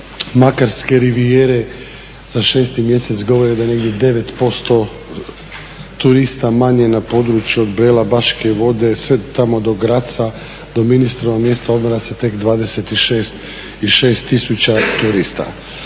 Makarske rivijere za 6.mjesec govore da negdje 9% turista manje na području od Bela, Baške Vode sve tamo do Graca do … se tek 26 i 6 tisuća turista.